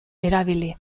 erabili